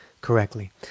correctly